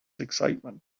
excitement